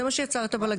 זה מה שיצר את הבלגן.